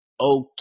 okay